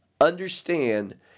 understand